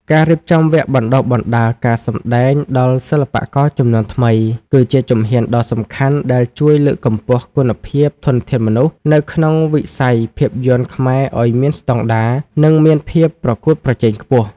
ការរៀបចំវគ្គបណ្ដុះបណ្ដាលការសម្ដែងដល់សិល្បករជំនាន់ថ្មី គឺជាជំហានដ៏សំខាន់ដែលជួយលើកកម្ពស់គុណភាពធនធានមនុស្សនៅក្នុងវិស័យភាពយន្តខ្មែរឱ្យមានស្ដង់ដារ និងមានភាពប្រកួតប្រជែងខ្ពស់។